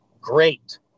great